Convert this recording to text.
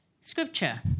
Scripture